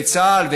בצה"ל,